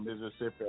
Mississippi